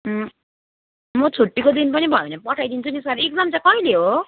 म छुट्टीको दिन पनि भयो भने पठाइदिन्छु नि सर एक्जाम चाहिँ कहिले हो